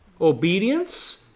Obedience